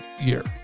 year